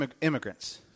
immigrants